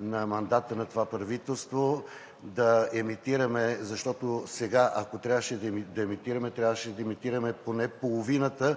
на мандата на това правителство да емитираме, защото, ако сега трябваше да емитираме, трябваше да емитираме поне половината